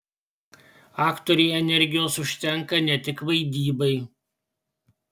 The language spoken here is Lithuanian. aktorei energijos užtenka ne tik vaidybai